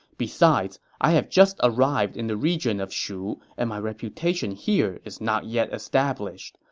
besides, i have just arrived in the region of shu and my reputation here is not yet established.